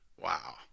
Wow